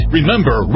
Remember